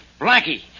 Blackie